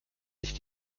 sich